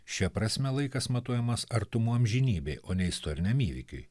šia prasme laikas matuojamas artumo amžinybei o ne istoriniam įvykiui